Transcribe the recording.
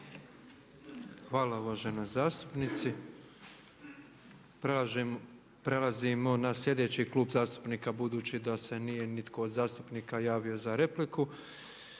Hvala uvažena zastupnice. Prelazimo na slijedeći klub zastupnika budući da se nije nitko od zastupnika javio za repliku.